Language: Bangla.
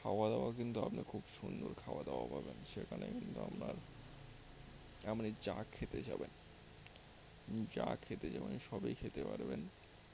খাওয়া দাওয়া কিন্তু আপনি খুব সুন্দর খাওয়া দাওয়া পাবেন সেখানে কিন্তু আপনার এমনি চা খেতে যাবেন চা খেতে যাবেন সবই খেতে পারবেন